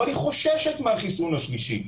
אבל היא חוששת מהחיסון השלישי,